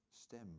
stem